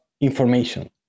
information